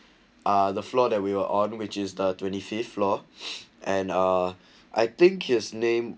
uh the floor there we were on which is the twenty fifth floor and uh I think his name